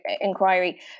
inquiry